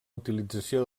utilització